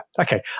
okay